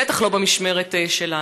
בטח לא במשמרת שלנו.